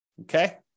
Okay